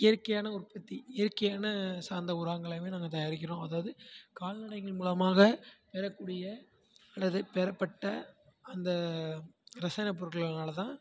இயற்கையான உற்பத்தி இயற்கையான சார்ந்த உரங்களையுமே நாங்கள் தயாரிக்கிறோம் அதாவது கால்நடைகள் மூலமாக பெறக்கூடிய அல்லது பெறப்பட்ட அந்த ரசாயன பொருட்களனால்தான்